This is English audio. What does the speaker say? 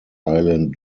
island